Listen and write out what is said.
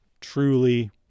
truly